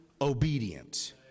obedient